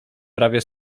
prawie